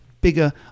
bigger